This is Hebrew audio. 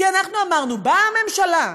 כי אנחנו אמרנו: באה ממשלה,